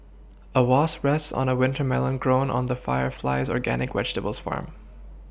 a wasp rests on a winter melon grown on the fire Flies organic vegetables farm